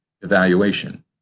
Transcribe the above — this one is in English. evaluation